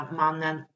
mannen